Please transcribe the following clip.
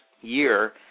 year